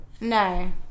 No